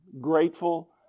grateful